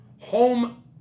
home